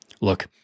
Look